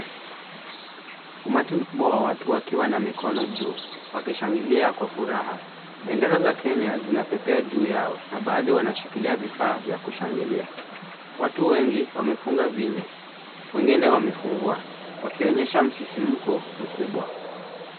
Umati mkubwa wa watu wakiwa na mikono juu, wakishangilia kwa furaha. Bendera za Kenya, zinapepea juu yao na baadhi wanashikilia vifaa vya kushangilia. Watu wengi wamefunga vinywa. Wengine wamefungua, wakionyesha msisimuko mkubwa.